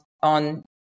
on